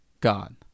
God